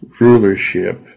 rulership